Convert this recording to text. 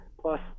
Plus